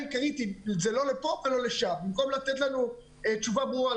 זה לא לפה ולא לשם, תנו לנו תשובה ברורה.